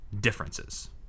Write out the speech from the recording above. differences